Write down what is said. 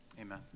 amen